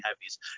heavies